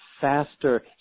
faster